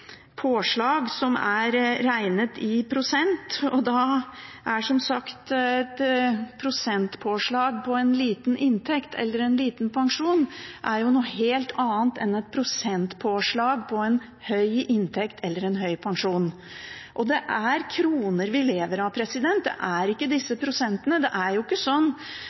påslag som er regnet i prosent. Som sagt er et prosentpåslag på en liten inntekt eller en liten pensjon noe helt annet enn et prosentpåslag på en høy inntekt eller en høy pensjon. Det er kroner vi lever av, det er ikke disse prosentene. Det er jo ikke sånn